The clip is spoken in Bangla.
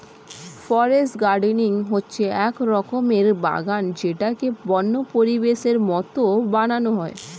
ফরেস্ট গার্ডেনিং হচ্ছে এক রকমের বাগান যেটাকে বন্য পরিবেশের মতো বানানো হয়